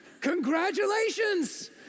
Congratulations